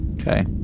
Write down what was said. Okay